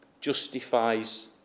justifies